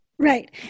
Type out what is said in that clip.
Right